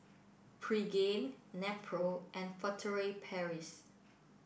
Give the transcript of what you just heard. Pregain Nepro and Furtere Paris